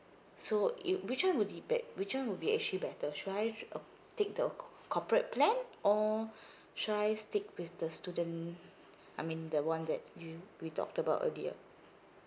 so it which one would it be~ which one would be actually better should I take the c~ corporate plan or should I stick with the student I mean the one that you we talked about earlier